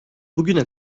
bugüne